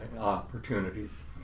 opportunities